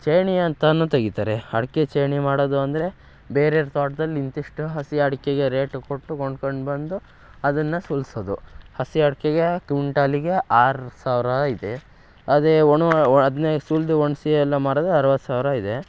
ಚೇಣಿ ಅಂತಲೂ ತೆಗಿತಾರೆ ಅಡಿಕೆ ಚೇಣಿ ಮಾಡೋದು ಅಂದರೆ ಬೇರೆೆಯವ್ರ್ ತೋಟ್ದಲ್ಲಿ ಇಂತಿಷ್ಟು ಹಸಿ ಅಡಿಕೆಗೆ ರೇಟ್ ಕೊಟ್ಟು ಕೊಂಡ್ಕಂಡು ಬಂದು ಅದನ್ನು ಸುಲಿಸೋದು ಹಸಿ ಅಡಿಕೆಗೆ ಕುಂಟಾಲಿಗೆ ಆರು ಸಾವಿರ ಇದೆ ಅದೇ ಒಣ ಅದನ್ನೆ ಸುಲ್ದು ಒಣಸಿ ಎಲ್ಲ ಮಾರೋದು ಅರವತ್ತು ಸಾವಿರ ಇದೆ